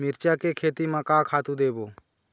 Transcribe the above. मिरचा के खेती म का खातू देबो?